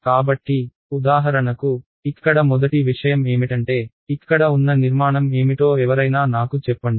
కాబట్టి ఉదాహరణకు ఇక్కడ మొదటి విషయం ఏమిటంటే ఇక్కడ ఉన్న నిర్మాణం ఏమిటో ఎవరైనా నాకు చెప్పండి